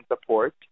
support